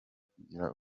kugira